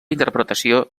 interpretació